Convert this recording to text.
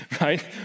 right